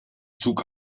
zug